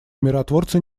миротворцы